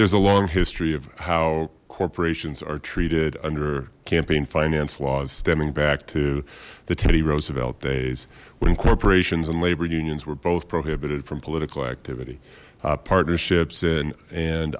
there's a long history of how corporations are treated under campaign finance laws stemming back to the teddy roosevelt days when corporations and labor unions were both prohibited from political activity partnerships and and